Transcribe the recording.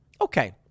okay